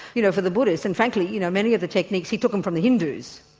you know for the buddhist, and frankly you know many of the techniques he took them from the hindus,